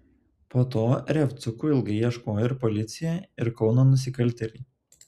po to revuckų ilgai ieškojo ir policija ir kauno nusikaltėliai